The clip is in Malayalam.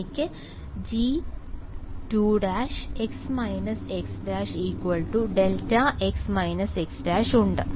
അതിനാൽ എനിക്ക് G′′x − x′ δx − x′ ഉണ്ട്